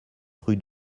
rue